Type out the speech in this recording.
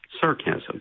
sarcasm